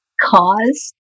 cause